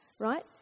right